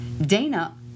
Dana